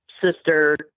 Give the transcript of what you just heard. sister